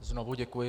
Znovu děkuji.